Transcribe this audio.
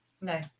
No